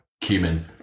cumin